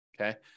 okay